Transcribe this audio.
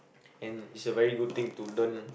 and it's a very good thing to learn